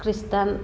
christian